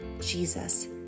Jesus